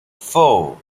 four